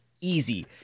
easy